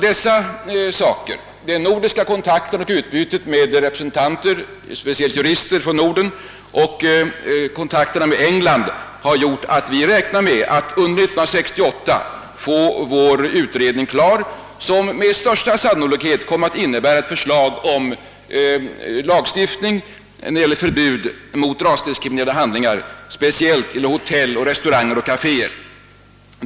Dessa nordiska kontakter, detta utbyte med representanter — främst jurister — för Norden och kontakterna med England har gjort att vi räknar med att under 1968 få vår utredning klar. Den kommer med största sannolikhet att innebära förslag om lagstift ning med förbud mot rasdiskriminerande handlingar, speciellt i vad gäller hotell, restauranger och kaféer.